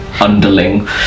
Underling